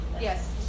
Yes